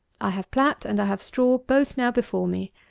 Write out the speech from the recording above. i have plat, and i have straw both now before me,